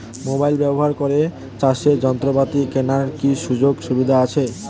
Mobile ব্যবহার করে চাষের যন্ত্রপাতি কেনার কি সুযোগ সুবিধা আছে?